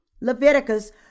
Leviticus